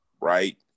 right